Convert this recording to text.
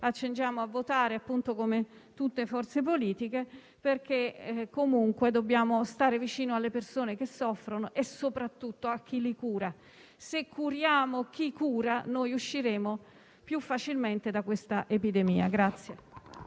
che sarà votata, appunto, da tutte le forze politiche, perché dobbiamo stare vicino alle persone che soffrono e soprattutto a chi li cura. Se curiamo chi cura, usciremo più facilmente da questa epidemia.